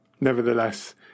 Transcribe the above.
nevertheless